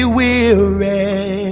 weary